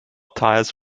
tires